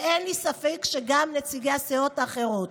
ואין לי ספק שגם נציגי הסיעות האחרות,